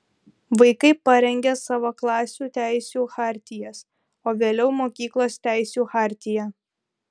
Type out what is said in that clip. vaikai parengia savo klasių teisių chartijas o vėliau mokyklos teisių chartiją